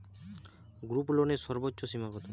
গ্রুপলোনের সর্বোচ্চ সীমা কত?